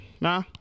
Nah